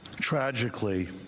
Tragically